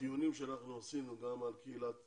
בדיונים שאנחנו עשינו גם על קהילת